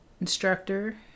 instructor